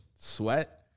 sweat